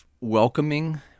welcoming